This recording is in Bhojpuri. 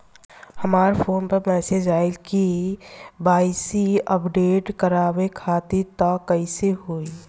हमरा फोन पर मैसेज आइलह के.वाइ.सी अपडेट करवावे खातिर त कइसे होई?